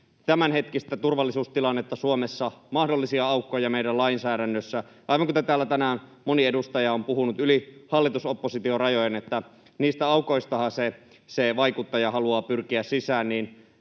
tämänhetkistä turvallisuustilannetta Suomessa, mahdollisia aukkoja meidän lainsäädännössämme. Aivan kuten täällä tänään moni edustaja on puhunut yli hallitus—oppositio-rajojen, niin niistä aukoistahan se vaikuttaja haluaa pyrkiä sisään, ja